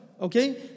okay